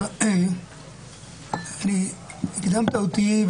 הקדמת אותי,